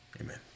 Amen